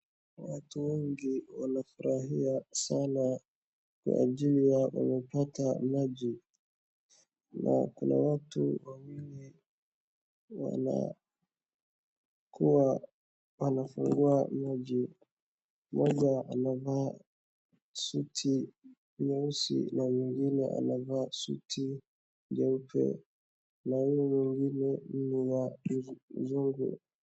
Watu wengi wamefurahia sana kwa ajili wamepata maji, na kuna watu wanakuwa wanafungua maji, mmoja amevaa suti nyeusi na mwingine anavaa suti nyeusi na mwingine anavaa suti nyeupe na huyu mwingine ni mzungu.